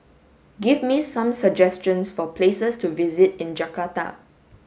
give me some suggestions for places to visit in Jakarta